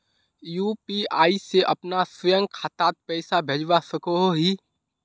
UPI से अपना स्वयं खातात पैसा भेजवा सकोहो ही?